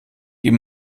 ihm